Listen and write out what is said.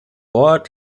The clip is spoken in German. ort